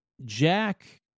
Jack